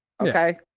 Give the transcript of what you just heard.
okay